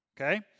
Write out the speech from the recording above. okay